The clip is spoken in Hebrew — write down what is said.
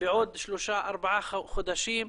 בעוד שלושה, ארבעה חודשים.